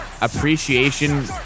appreciation